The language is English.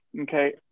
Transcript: Okay